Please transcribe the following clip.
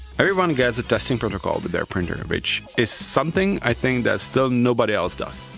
everyone gets a testing protocol with their printer, which is something i think that still nobody else does.